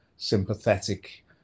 sympathetic